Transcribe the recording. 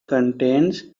contains